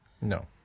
No